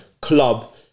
club